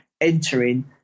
entering